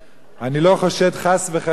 ואני באמת אומר לעצמי, זה סוג של אהבה,